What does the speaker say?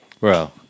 Bro